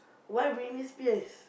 why Britney-Spears